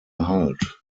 halt